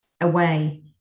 away